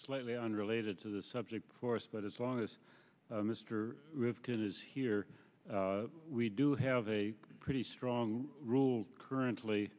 slightly unrelated to the subject for us but as long as mr rivkin is here we do have a pretty strong rule currently